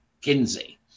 Kinsey